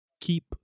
keep